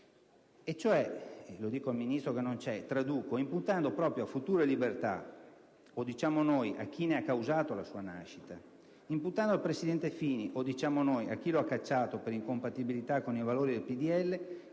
- mi rivolgo al Ministro, che non è presente - imputando proprio a Futuro e Libertà (o - diciamo noi - a chi ne ha causato la sua nascita), imputando al presidente Fini (o - diciamo noi - a chi lo ha cacciato per incompatibilità con i valori del PdL),